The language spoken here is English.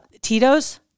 Tito's